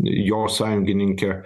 jo sąjungininkė